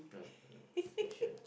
right next question